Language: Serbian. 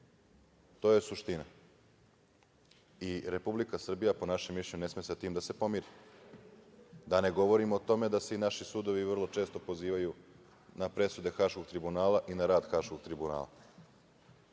je suština i Republika Srbija, po našem mišljenju, ne sme sa tim da se pomiri, da ne govorim o tome da se i naši sudovi često pozivaju na presude Haškog tribunala i na rad Haškog tribunala. Ono